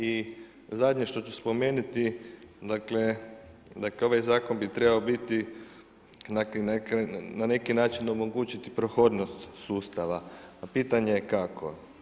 I zadnje što ću spomenuti dakle ovaj zakon bi trebao biti, na neki način omogućiti prohodnost sustava, a pitanje je kako.